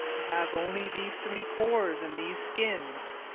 i have only these three cores and these skins.